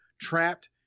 trapped